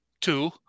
Two